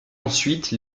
ensuite